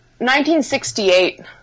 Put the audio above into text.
1968